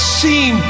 seem